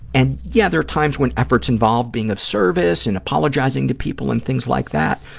and yeah, there are times when efforts involve being of service and apologizing to people and things like that,